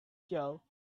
show